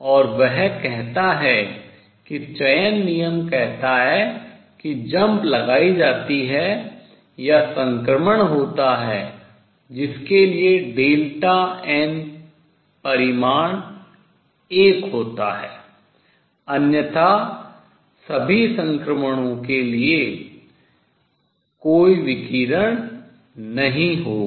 और वह कहता है कि चयन नियम कहता है कि jump छलांग लगाई जाती है या संक्रमण होता है जिसके लिए डेल्टा n परिमाण एक होता है अन्यथा सभी संक्रमणों के लिए कोई विकिरण नहीं होगा